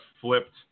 flipped